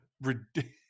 ridiculous